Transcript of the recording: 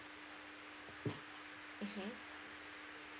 mmhmm